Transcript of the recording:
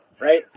right